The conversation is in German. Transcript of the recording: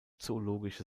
zoologische